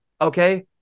Okay